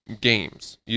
games